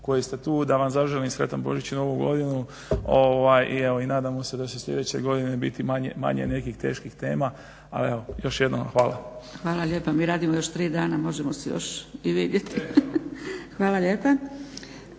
koji ste tu da vam zaželim sretan Božić i ovu godinu i nadamo se da će sljedeće godine biti manje nekih teških tema. Još jednom hvala. **Zgrebec, Dragica (SDP)** Hvala lijepa. Mi radimo još tri dana, možemo se još i vidjeti. Hvala lijepa.